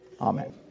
Amen